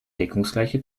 deckungsgleiche